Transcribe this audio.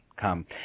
come